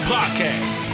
Podcast